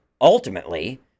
ultimately